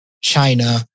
China